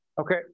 Okay